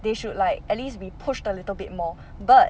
they should like at least be pushed a little bit more but